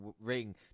ring